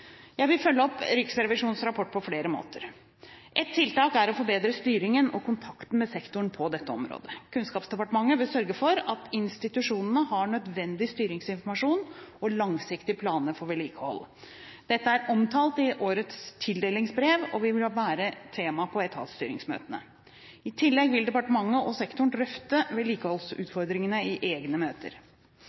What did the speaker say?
Jeg vil følge opp Riksrevisjonens rapport på flere måter. Et tiltak er å forbedre styringen og kontakten med sektoren på dette området. Kunnskapsdepartementet vil sørge for at institusjonene har nødvendig styringsinformasjon og langsiktige planer for vedlikehold. Dette er omtalt i årets tildelingsbrev og vil være tema på etatsstyringsmøtene. I tillegg vil departementet og sektoren drøfte vedlikeholdsutfordringene i egne møter.